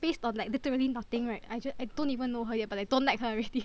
based on like literally nothing right I just I don't even know her yet but I don't like her already